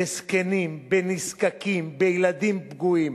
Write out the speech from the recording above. בזקנים, בנזקקים, בילדים פגועים,